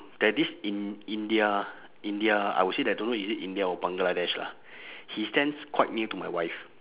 there this in~ india india I would say that don't know is it india or bangladesh lah he stands quite near to my wife